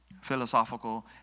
philosophical